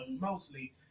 mostly